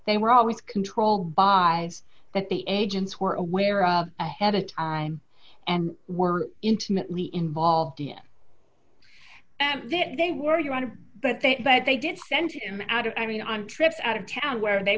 they were always controlled by that the agents were aware of ahead of time and were intimately involved in they were you want to but they but they did send you out of i mean on trips out of town where they